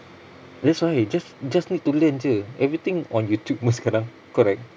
that's why just just need to learn jer everything on YouTube most sekarang correct